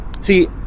See